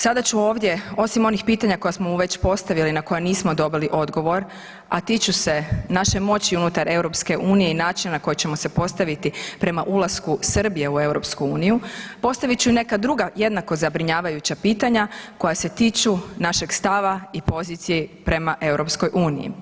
Sada ću ovdje osim onih pitanja koja smo mu već postaviti, na koja nismo dobili odgovor, a tiču se naše moći unutar EU i način na koji ćemo se postaviti prema ulasku Srbije u EU, postavit ću neka druga jednako zabrinjavajuća pitanja koja se tiču našeg stava i poziciji prema EU.